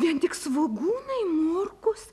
vien tik svogūnai morkos